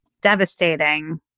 devastating